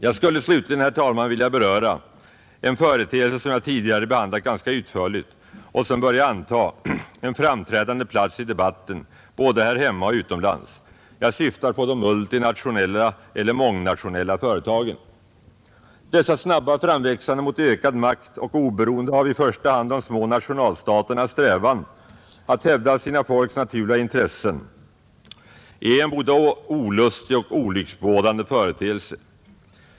Jag skulle slutligen, herr talman, vilja beröra en företeelse som jag tidigare behandlat ganska utförligt och som börjar anta en framträdande plats i debatten både här hemma och utomlands. Jag syftar på de multinationella eller mångnationella företagen. Dessas snabba framväxande mot ökad makt och oberoende av i första hand de små nationalstaternas strävan att hävda sina folks naturliga intressen är en både olustig och olycksbådande företeelse.